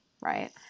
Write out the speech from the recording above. right